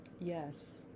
Yes